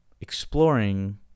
exploring